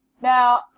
Now